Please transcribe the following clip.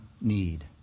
need